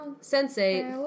Sensei